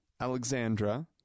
Alexandra